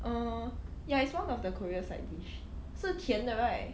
uh ya is one of the korea side dish 是甜的 right